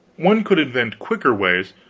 one could invent quicker ways,